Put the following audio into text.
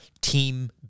Team